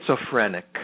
schizophrenic